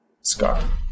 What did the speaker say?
scar